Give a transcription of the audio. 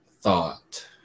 thought